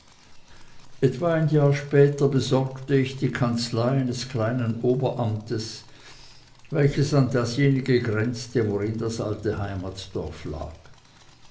etwa ein jahr später besorgte ich die kanzlei eines kleinen oberamtes welches an dasjenige grenzte worin das alte heimat dorf lag